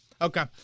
Okay